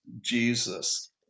Jesus